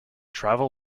travel